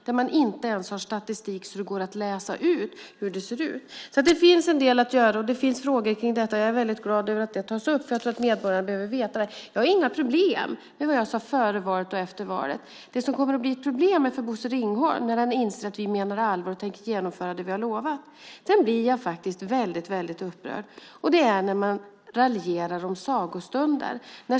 Man har inte ens någon statistik så att det går att läsa ut hur det ser ut. Det finns en del att göra, och det finns frågor kring detta. Jag är väldigt glad över att det tas upp, för jag tror att medborgarna behöver veta det. Jag har inga problem med vad jag sade före valet och efter valet. Det kommer däremot att bli problem för Bosse Ringholm när han inser att vi menar allvar och tänker genomföra det vi har lovat. Jag blir väldigt upprörd när man raljerar om sagostunder.